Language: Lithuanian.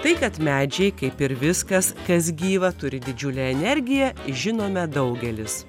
tai kad medžiai kaip ir viskas kas gyva turi didžiulę energiją žinome daugelis